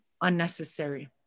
unnecessary